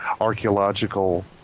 archaeological